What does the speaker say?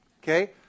Okay